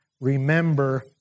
remember